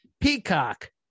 Peacock